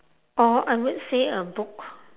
or I would say a book